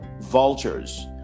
vultures